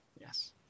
Yes